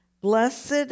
Blessed